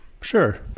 Sure